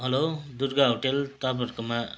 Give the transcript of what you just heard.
hello Durga hotel तपाईँहरूकोमा